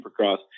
Supercross